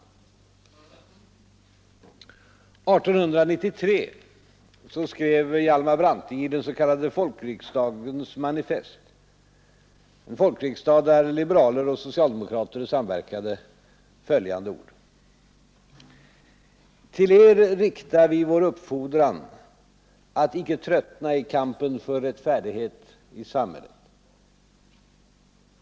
1893 skrev Hjalmar Branting i den s.k. folkriksdagens manifest — en folkriksdag där liberaler och socialdemokrater samverkade följande ord: v till er rikta vi vår uppfordran att icke tröttna i kampen för rättfärdighet i samhället.